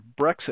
brexit